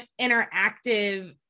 interactive